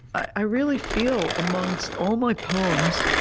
i really feel, amongst all my poems,